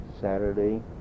Saturday